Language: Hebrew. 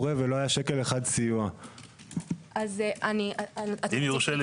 קיבלנו הבטחה שלטונית גם מהשר גבאי שלא נצטרך